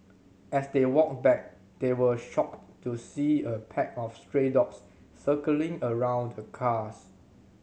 as they walked back they were shocked to see a pack of stray dogs circling around the cars